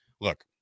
look